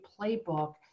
playbook